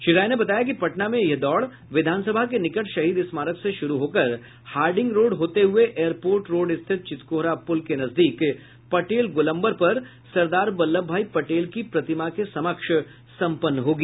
श्री राय ने बताया कि पटना में यह दौड़ विधानसभा के निकट शहीद स्मारक से शुरू होकर हार्डिंग रोड होते हुए एयरपोर्ट रोड स्थित चितकोहरा पुल के नजदीक पटेल गोलम्बर पर सरदार वल्लभ भाई पटेल की प्रतिमा के समक्ष सम्पन्न होगी